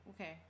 okay